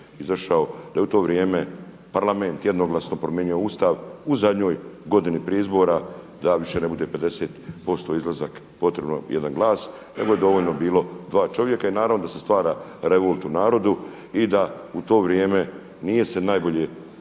izašao, da u to vrijeme Parlament jednoglasno promijenio Ustav u zadnjoj godini prije izbora da više ne bude 50% izlazak potrebno 1 glas nego je bilo dovoljno dva čovjeka i naravno da se stvara revolt u narodu i da u to vrijeme se najbolje